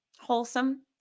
wholesome